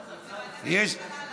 לוועדה.